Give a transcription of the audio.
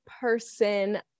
person